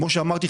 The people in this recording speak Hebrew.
כמו שאמרתי,